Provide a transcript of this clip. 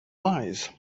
wise